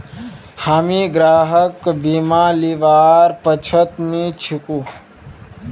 हामी गृहर बीमा लीबार पक्षत नी छिकु